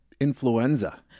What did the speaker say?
influenza